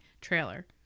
trailer